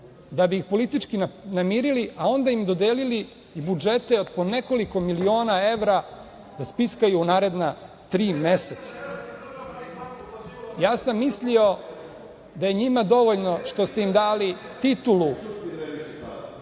da bi politički namirili, a onda im dodelili budžete po nekoliko miliona evra da spiskaju u naredna tri meseca. Ja sam mislio da je njima dovoljno što ste im dali titulu